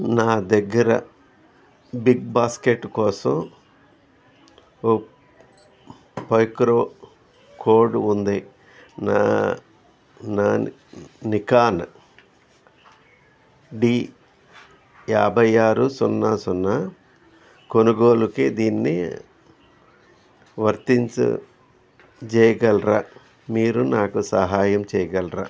నా దగ్గర బిగ్బాస్కెట్ కోసం ప్రోమో కోడ్ ఉంది నా నా నికాన్ డి యాభై ఆరు సున్నా సున్నా కొనుగోలుకు దీన్ని వర్తింపచేయగలరా మీరు నాకు సహాయం చేయగలరా